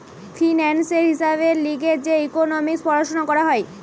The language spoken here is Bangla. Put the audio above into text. ফিন্যান্সের হিসাবের লিগে যে ইকোনোমিক্স পড়াশুনা করা হয়